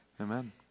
Amen